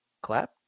Clap